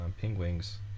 Penguins